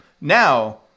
Now